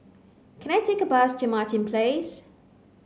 can I take a bus to Martin Place